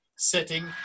setting